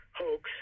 hoax